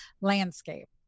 landscape